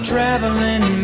traveling